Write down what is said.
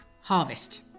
harvest